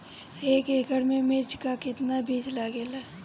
एक एकड़ में मिर्चा का कितना बीज लागेला?